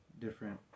different